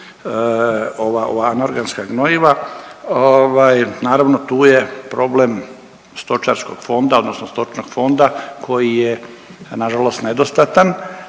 ova anorganska gnojiva, ovaj naravno tu je problem stočarskog fonda odnosno stočnog fonda koji je nažalost nedostatan,